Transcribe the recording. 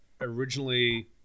originally